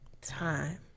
time